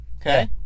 okay